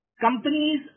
companies